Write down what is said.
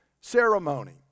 ceremony